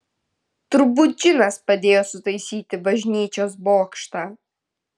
turbūt džinas padėjo sutaisyti bažnyčios bokštą